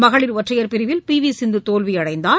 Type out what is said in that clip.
மகளிர் ஒற்றையர் பிரிவில் பிவிசிந்துதோல்விஅடைந்தார்